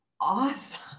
awesome